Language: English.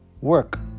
work